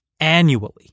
Annually